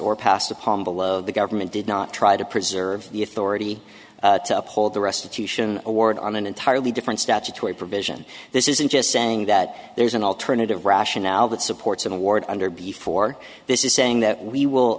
upon below the government did not try to preserve the authority to uphold the restitution award on an entirely different statutory provision this isn't just saying that there's an alternative rationale that supports an award under before this is saying that we will